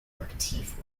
aktiv